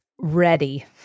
ready